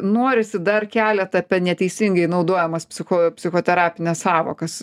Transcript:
norisi dar keletą apie neteisingai naudojamas psicho psichoterapines sąvokas